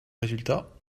résultat